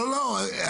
לא, לא.